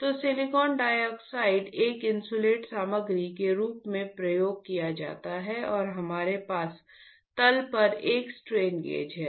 तो silicon dioxide एक insulate सामग्री के रूप में प्रयोग किया जाता है और हमारे पास तल पर एक स्ट्रेन गेज है